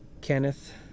kenneth